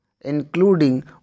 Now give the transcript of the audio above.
including